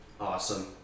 Awesome